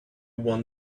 want